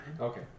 Okay